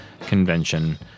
convention